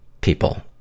people